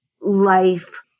life